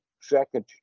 second